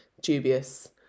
dubious